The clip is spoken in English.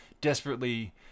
desperately